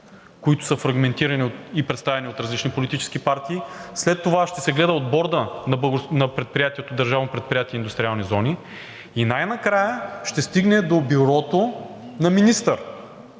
които са фрагментирани и представени от различни политически партии, след това ще се гледа от Борда на държавното предприятие „Индустриални зони“ и най накрая ще стигне до бюрото на министър.